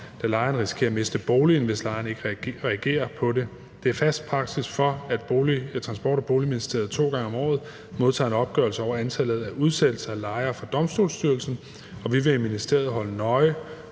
da lejerne risikerer at miste boligen, hvis lejerne ikke reagerer på det. Der er fast praksis for, at Transport- og Boligministeriet to gange om året modtager en opgørelse over antallet af udsættelser af lejere fra Domstolsstyrelsen, og vi vil i ministeriet holde nøje